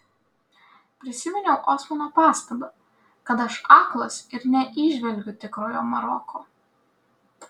prisiminiau osmano pastabą kad aš aklas ir neįžvelgiu tikrojo maroko